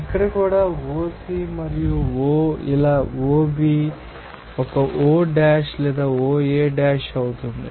ఇక్కడ కూడా OC మరియు O ఇలా OB ఒక O డాష్ లేదా OA డాష్ అవుతుంది